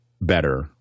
better